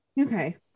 Okay